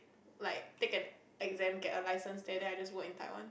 like take an exam get a license there and then I just work in Taiwan